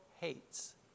hates